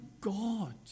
God